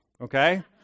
okay